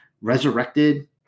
resurrected